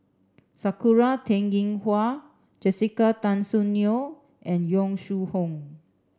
Sakura Teng Ying Hua Jessica Tan Soon Neo and Yong Shu Hoong